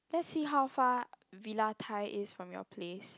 let's see how far Villa Thai is from your place